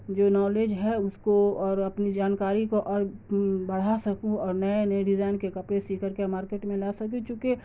جو نالج ہے اس کو اور اپنی جانکاری کو اور بڑھا سکوں اور نئے نئے ڈیزائن کے کپڑے سی کر کے مارکیٹ میں لا سکوں چونکہ